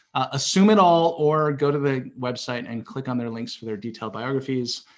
assume it all, or go to the website and click on their links for their detailed biographies.